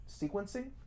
sequencing